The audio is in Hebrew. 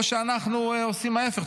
או שאנחנו עושים ההפך?